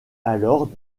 alors